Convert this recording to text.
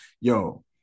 Yo